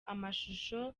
amashusho